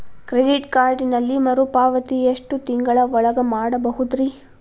Credit ಕಾರ್ಡಿನಲ್ಲಿ ಮರುಪಾವತಿ ಎಷ್ಟು ತಿಂಗಳ ಒಳಗ ಮಾಡಬಹುದ್ರಿ?